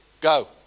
go